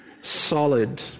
solid